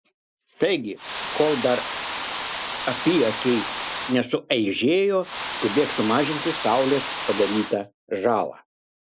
taigi kol dar apyakiai nesueižėjo skubėk sumažinti saulės padarytą žalą